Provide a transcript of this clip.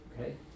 Okay